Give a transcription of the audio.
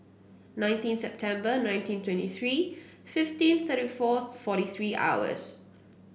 nineteen September nineteen twenty three fifteen thirty four forty three hours